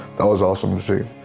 that was awesome to see.